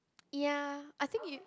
ya I think you